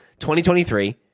2023